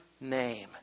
name